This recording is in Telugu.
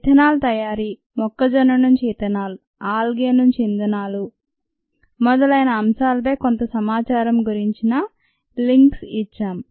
ఇథనాల్ తయారీ మొక్కజొన్న నుండి ఇథనాల్ ఆల్గే నుంచి ఇంధనాలు మొదలైన అంశాలపై కొంత సమాచారం గురించిన లింకులు ఇచ్చాం